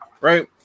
right